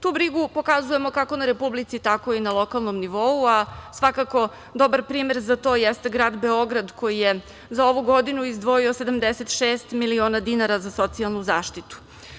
Tu brigu pokazujemo kako na republičkom, tako i na lokalnom nivou, a svakako dobar primer za to jeste grad Beograd koji je za ovu godinu izdvojio 76 miliona dinara za socijalnu zaštitu.